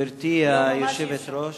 גברתי היושבת-ראש,